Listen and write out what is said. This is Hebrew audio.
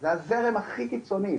זה הזרם הכי קיצוני,